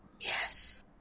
Yes